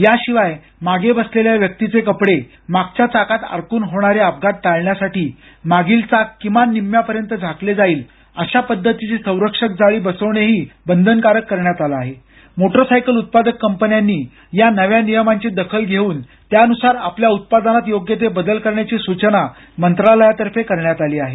याशिवाय मागे बसलेल्या व्यक्तीचे कपडे मागच्या चाकात अडकून होणारे अपघात टाळण्यासाठी मागील चाक निम्म्यापर्यंत झाकले जाईल अशा पद्धतीची संरक्षक जाळी बसवणेही बंधनकारक करण्यात आलं आहे मोटारसायकल उत्पादक कंपन्यांनी या नियमांची दखल घेऊन त्यानुसार आपल्या उत्पादनात योग्य ते बदल करण्याची सूचना मंत्रालयातर्फे करण्यात आली आहे